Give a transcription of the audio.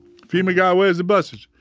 fema guy, where is the buses?